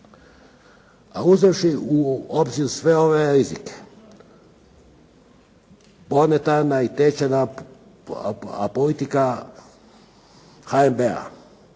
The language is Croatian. Uzevši u obzir sve ove rizike, monetarna i tečajna politika HNB-a